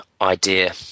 idea